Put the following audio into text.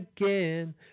again